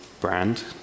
brand